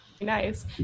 nice